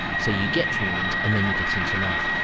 so you get treatment and then you get into life.